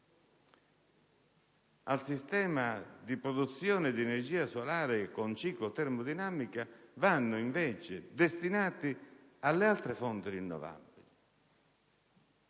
destinati alla produzione di energia solare con ciclo termodinamico vanno invece destinati alle altre fonti rinnovabili.